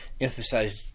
emphasize